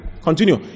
Continue